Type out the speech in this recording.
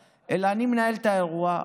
אלא: אני מנהל את האירוע,